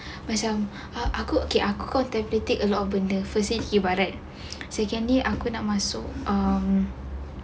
macam aku okay aku contemplated a lot of benda firstly ibadat secondly aku nak masuk um